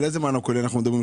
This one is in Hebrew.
על איזה מענה קולי אנחנו מדברים?